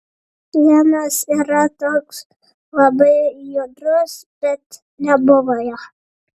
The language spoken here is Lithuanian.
vienas yra toks labai judrus bet nebuvo jo